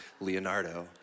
Leonardo